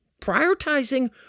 prioritizing